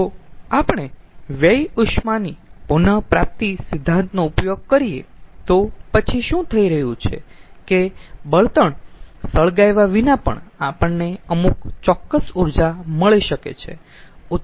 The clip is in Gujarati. જો આપણે વ્યય ઉષ્માની પુન પ્રાપ્તિ સિદ્ધાંતનો ઉપયોગ કરીયે તો પછી શું થઈ રહ્યું છે કે બળતણ સળગાવ્યા વિના પણ આપણને અમુક ચોક્કસ ઊર્જા મળી શકે છે